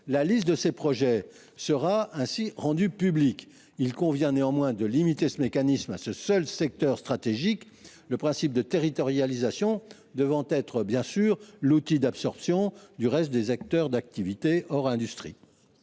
La liste de ces projets sera ainsi rendue publique. Il convient néanmoins de limiter ce mécanisme à ce seul secteur stratégique, le principe de territorialisation devant être l’outil d’absorption des autres secteurs d’activité, hors industrie.